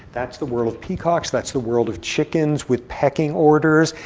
that's the world of peacocks, that's the world of chickens with pecking orders,